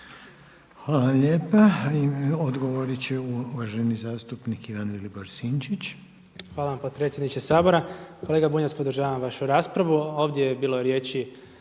Hvala lijepa. Odgovorit će uvaženi zastupnik Ivan Vilibor Sinčić. **Sinčić, Ivan Vilibor (Živi zid)** Hvala potpredsjedniče Sabora. Kolega Bunjac podržavam vašu raspravu. Ovdje je bilo riječi